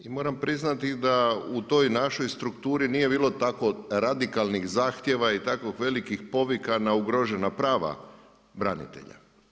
I moram priznati da u toj našoj strukturi nije bilo tako radikalnih zahtjeva i takvih velikih povika na ugrožena prava branitelja.